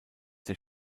der